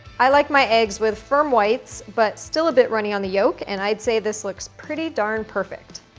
i like my eggs with firm whites but still a bit runny on the yoke. and i'd say this looks pretty darn perfect.